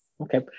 Okay